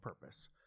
purpose